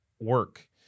work